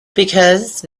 because